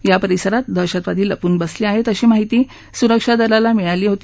या परिसरात दहशतवादी लपून बसले आहेत अशी माहिती सुरक्षा दलाला मिळाली होती